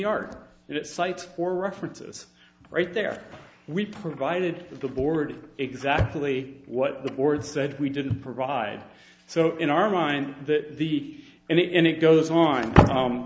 that it cites for references right there we provided the board exactly what the board said we didn't provide so in our mind that the and it goes on